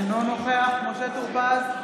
אינו נוכח משה טור פז,